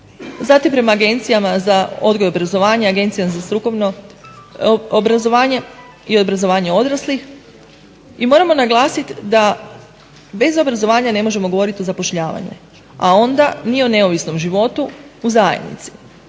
zatim prema agencijama za odgoj i obrazovanje, Agenciji za strukovno obrazovanje i obrazovanje odraslih i moramo naglasiti da bez obrazovanja ne možemo govoriti o zapošljavanju, a onda ni o neovisnom životu u zajednici.